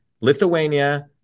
Lithuania